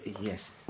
Yes